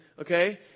Okay